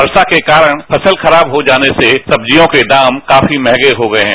वर्षा के कारण फसल खराब हो जाने से सब्जियों के दाम काफी महंगे हो गए हैं